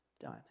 done